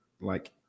Like-